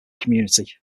community